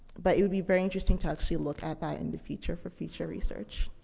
but it would be very interesting to actually look at that in the future for future research.